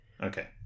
Okay